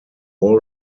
all